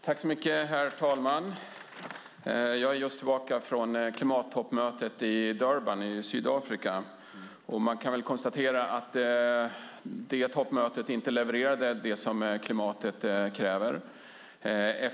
Herr talman! Jag har just kommit tillbaka från klimattoppmötet i Durban i Sydafrika. Man kan konstatera att det toppmötet inte levererade det som klimatet kräver.